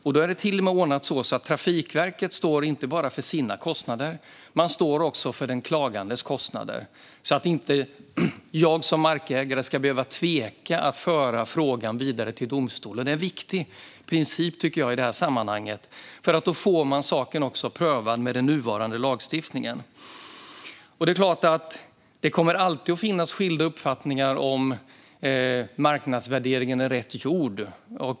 Det är till och med ordnat på ett sådant sätt att Trafikverket står för inte bara sina kostnader utan även den klagandes kostnader. Jag som markägare ska alltså inte behöva tveka att föra frågan vidare till domstol. Det är en viktig princip i sammanhanget. Då får man saken prövad med den nuvarande lagstiftningen. Det är klart att det alltid kommer att finnas skilda uppfattningar när det gäller om marknadsvärderingen är rätt gjord.